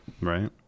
right